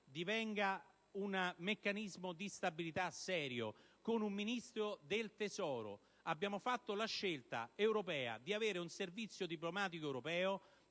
divenga un meccanismo di stabilità serio, con un Ministro del tesoro. Abbiamo fatto la scelta europea di avere un servizio diplomatico europeo,